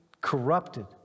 corrupted